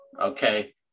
Okay